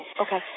okay